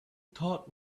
thought